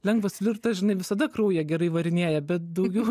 lengvas flirtas žinai visada kraują gerai varinėja bet daugiau